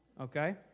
okay